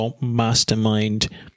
mastermind